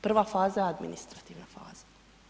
Prva faza je administrativna faza.